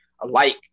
alike